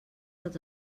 als